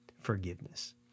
forgiveness